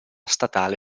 statale